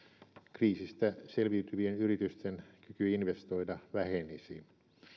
kriisistä selviytyvien yritysten kyky investoida vähenisi